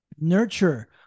nurture